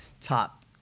Top